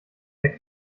der